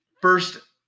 first